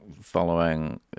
following